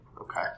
Okay